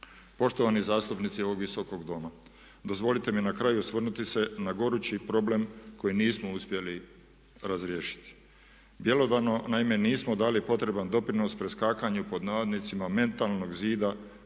Poštovani zastupnici ovog Visokog doma. Dozvolite mi na kraju osvrnuti se na gorući problem koji nismo uspjeli razriješiti. Bjelodano naime nismo dali potreban doprinos preskakanju pod navodnicima mentalnog zida